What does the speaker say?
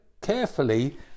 Carefully